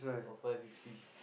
or five fifty